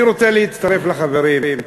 אני רוצה להצטרף לחברים.